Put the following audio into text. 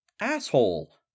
Asshole